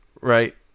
right